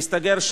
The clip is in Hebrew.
להסתגר שם,